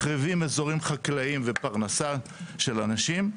מחריבים אזורים חקלאיים ופרנסה של אנשים,